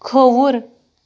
کھووُر